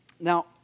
Now